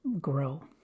grow